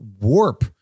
warp